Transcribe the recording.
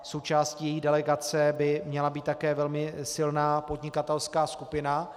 Součástí její delegace by měla být také velmi silná podnikatelská skupina.